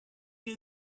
you